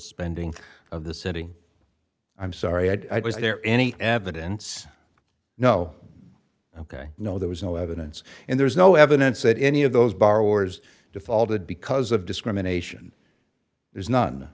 spending of the city i'm sorry i was there any evidence no ok no there was no evidence and there's no evidence that any of those borrowers defaulted because of discrimination there's none